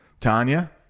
Tanya